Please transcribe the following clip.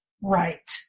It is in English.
right